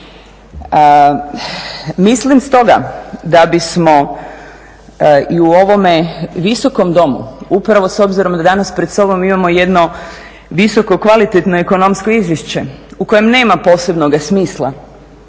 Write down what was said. Mislim stoga da bismo i u ovome visokom domu upravo s obzirom da danas pred sobom imamo jedno visoko, kvalitetno, ekonomsko izvješće u kojem nema posebnoga smisla